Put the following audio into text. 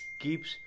keeps